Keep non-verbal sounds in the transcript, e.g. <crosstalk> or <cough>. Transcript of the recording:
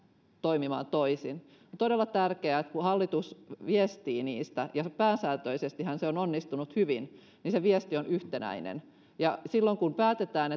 toimimaan toisin on todella tärkeää että kun hallitus viestii niistä ja pääsääntöisestihän se on onnistunut hyvin niin se viesti on yhtenäinen ja että silloin kun päätetään <unintelligible>